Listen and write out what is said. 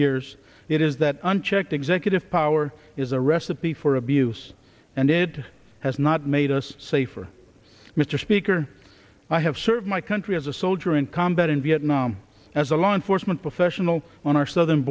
years that is that unchecked executive power is a recipe for abuse and it has not made us safer mr speaker i have served my country as a soldier in combat in vietnam as a law enforcement professional on our southern